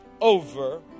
over